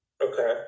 Okay